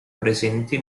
presenti